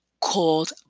called